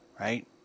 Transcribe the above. right